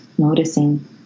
Noticing